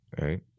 right